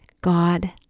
God